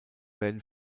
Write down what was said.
werden